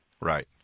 Right